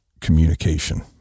communication